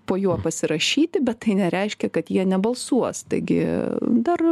po juo pasirašyti bet tai nereiškia kad jie nebalsuos taigi dar